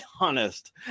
honest